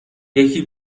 یکی